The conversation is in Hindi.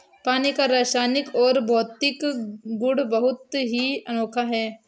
पानी का रासायनिक और भौतिक गुण बहुत ही अनोखा है